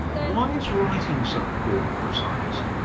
why is writing so important for a scientist?